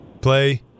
Play